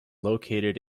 located